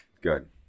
good